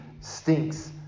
stinks